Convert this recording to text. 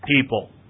people